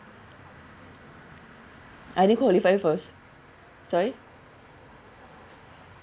I didn't qualify for s~ sorry